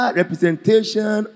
representation